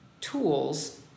tools